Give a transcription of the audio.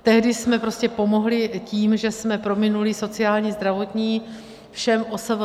Tehdy jsme prostě pomohli tím, že jsme prominuli sociální, zdravotní všem OSVČ.